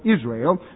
Israel